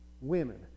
women